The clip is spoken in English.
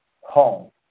home